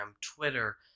Twitter